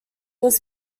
this